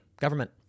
government